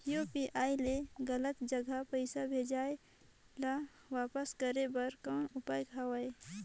UPI ले गलत जगह पईसा भेजाय ल वापस करे बर कौन उपाय हवय?